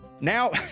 Now